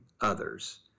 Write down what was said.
others